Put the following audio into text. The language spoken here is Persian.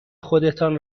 خودتان